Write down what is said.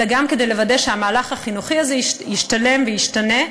אלא גם לוודא שהמהלך החינוכי הזה ישתלם וישתנה,